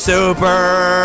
Super